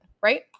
right